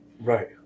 Right